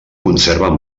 conserven